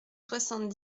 soixante